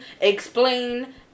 explain